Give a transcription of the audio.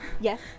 Yes